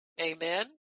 Amen